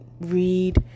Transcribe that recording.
read